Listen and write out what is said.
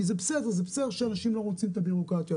כי זה בסדר שאנשים לא רוצים את הבירוקרטיה,